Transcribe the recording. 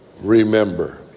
remember